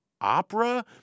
opera